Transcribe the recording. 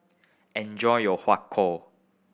enjoy your Har Kow